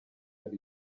per